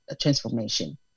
transformation